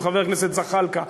עם חבר הכנסת זחאלקה,